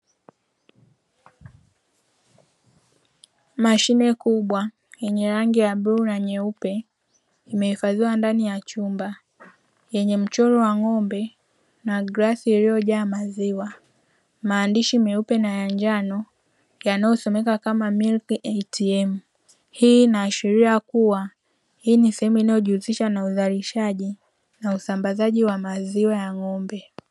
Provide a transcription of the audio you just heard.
Mashine kubwa yenye rangi ya bluu na nyeupe imehifadhiwa ndani ya chumba, yenye mchoro wa ng'ombe na glasi iliyojaa maziwa, maandishi meupe na ya njano yanayosomeka kama “milk ATM''. Hii inaashiria kuwa hii ni sehemu inayojihusisha na uzalishaji na usambazaji wa maziwa ya ng'ombe.